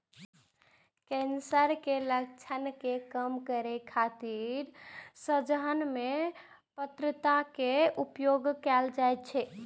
cancer के लक्षण के कम करै खातिर सहजन के पत्ता के उपयोग कैल जाइ छै